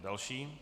Další?